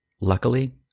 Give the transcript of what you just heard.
Luckily